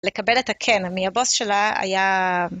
לקבל את הכן מהבוס שלה היה...